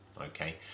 okay